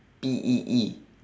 P E E